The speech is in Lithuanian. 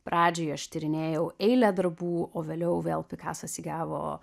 pradžioj aš tyrinėjau eilę darbų o vėliau vėl pikasas įgavo